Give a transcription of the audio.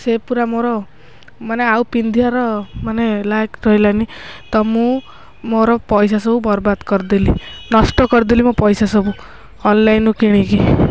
ସେ ପୁରା ମୋର ମାନେ ଆଉ ପିନ୍ଧିବାର ମାନେ ଲାୟକ ରହିଲାନି ତ ମୁଁ ମୋର ପଇସା ସବୁ ବର୍ବାଦ କରିଦେଲି ନଷ୍ଟ କରିଦେଲି ମୋ ପଇସା ସବୁ ଅନଲାଇନ୍ରୁ କିଣିକି